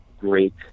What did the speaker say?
great